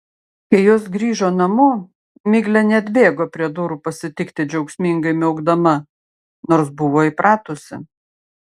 kai jos grįžo namo miglė neatbėgo prie durų pasitikti džiaugsmingai miaukdama nors buvo įpratusi